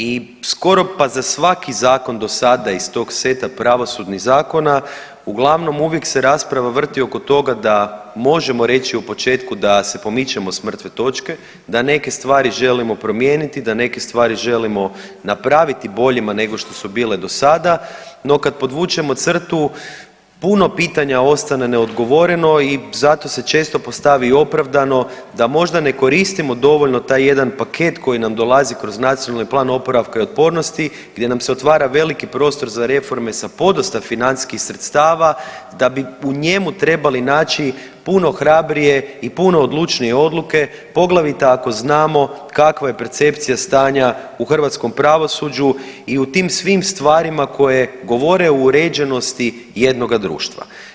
I skoro pa za svaki zakon dosada iz tog seta pravosudnih zakona uglavnom uvijek se rasprava vrti oko toga da možemo reći u početku da se pomičemo s mrtve točke, da neke stvari želimo promijeniti, da neke stvari želimo napraviti boljima nego što su bile dosada no kada podvučemo crtu puno pitanja ostane nedogovoreno i zato se često postavi i opravdano da možda ne koristimo dovoljno taj jedan paket koji nam dolazi kroz Nacionalni plan oporavka i otpornosti gdje nam se otvara veliki prostor za reforme sa podosta financijskih sredstava i da bi u njemu trebali naći puno hrabrije i puno odlučnije odluke poglavito ako znamo kakva je percepcija stanja u hrvatskom pravosuđu i u tim svim stvarima koje govore o uređenosti jednoga društva.